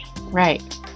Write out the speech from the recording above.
Right